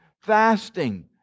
fasting